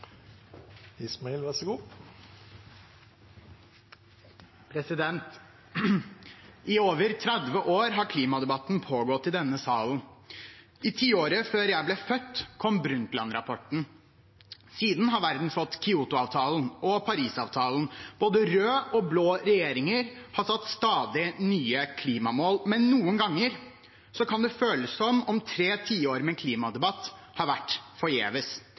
I over 30 år har klimadebatten pågått i denne salen. I tiåret før jeg ble født, kom Brundtland-rapporten. Siden har verden fått Kyotoavtalen og Parisavtalen. Både rød og blå regjeringer har satt stadig nye klimamål, men noen ganger kan det føles som om tre tiår med klimadebatt har vært forgjeves.